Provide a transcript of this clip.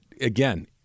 again—